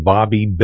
Bobby